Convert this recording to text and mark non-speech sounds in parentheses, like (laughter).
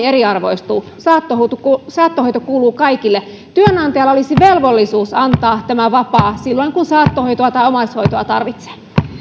(unintelligible) eriarvoistuu saattohoito kuuluu kaikille työnantajalla olisi velvollisuus antaa tämä vapaa silloin kun saattohoitoa tai omaishoitoa tarvitsee